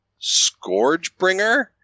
Scourgebringer